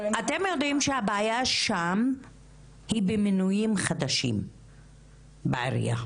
אבל --- אתם יודעים שהבעיה שם היא במינויים חדשים בעירייה.